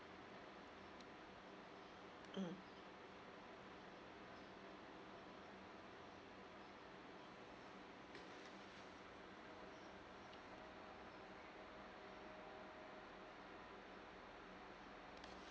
mm